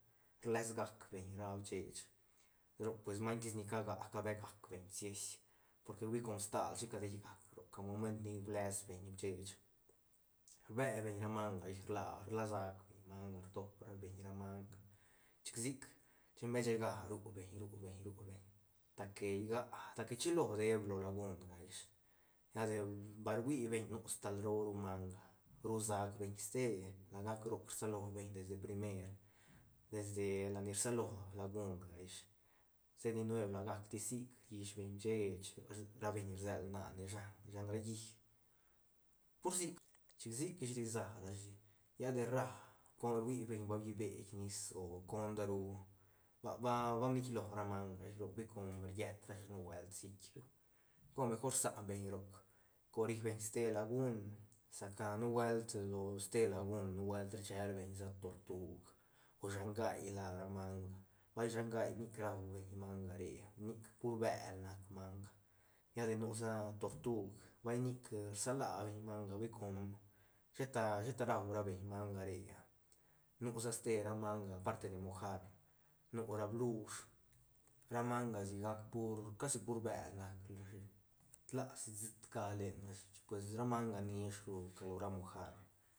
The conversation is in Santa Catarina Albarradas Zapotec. Rles gacbeñ ra bsheech roc pues maiñ tis ni ca gaa cabegacbeñ sies por que hui com stalshi cadeigac roc al moment ni rlasbeñ bsheech rbe beñ ra manga ish rla- rla sac beñ manga rtop beñ manga chic sic chembeshe ga ru beñ ru beñ ru beñ ta que gia ta que chilo deeb lo lagunga ish lla de bal ruibeñ nu stal roo ra manga ru sac beñ ste la gac roc rsalobeñ desde primer desde lat ni rsalo lagunga ish stedi nueb lagac tis sic rllisbeñ bsheech ra beñ rsel na ne shan ra llí pur sic chic sic ish risa rashi lla de rra cor ruibeñ ba bllibeit nis o con daru ba- ba- ba mnitlo ra manga ish hui com riet rashi nubuelt sit ru gol cor mejor rsanbeñ roc cor ribeñ ste lagun sa ca nubuelt lo ste lagun nubuelt rselbeñ tortug o shangai la ra manga vay shangai nic ruabeñ manga re nic pur bel nac manga lla de nu sa tortug vay nic rsalabeñ manga hui com sheta- sheta rau ra beñ manga re ah nusa ste ra manga aparte de mojar nu ra blush ra manga sigac pur casi pur bel nac rashi tlasi siit nga lenrashi chic pues ra manga nishru que lo ra mojar.